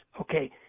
okay